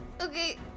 Okay